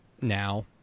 Now